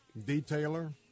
Detailer